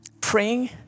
praying